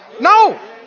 No